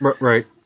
Right